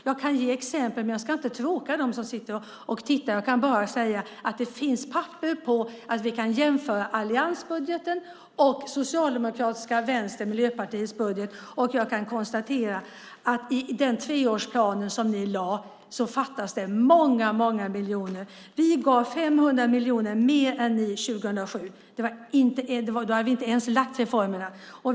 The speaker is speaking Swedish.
Jag kan ge exempel, men jag ska inte tråka ut dem som tittar. Jag kan bara säga att det finns papper på att vi kan jämföra alliansbudgeten och Socialdemokraternas, Vänsterns och Miljöpartiets budget. Jag kan konstatera att i den treårsplan ni lade fram fattas många miljoner. Vi gav 500 miljoner mer än ni 2007. Då hade vi inte ens lagt fram förslag om reformerna.